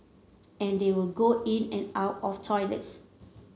and they will go in and out of toilets